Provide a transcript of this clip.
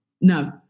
No